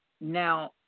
Now